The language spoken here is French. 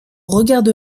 regarde